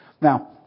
Now